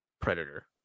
Predator